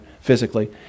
physically